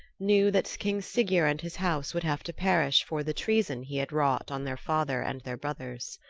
knew that king siggeir and his house would have to perish for the treason he had wrought on their father and their brothers.